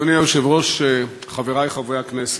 אדוני היושב-ראש, חברי חברי הכנסת,